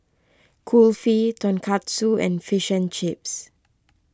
Kulfi Tonkatsu and Fish and Chips